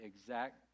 exact